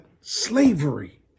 slavery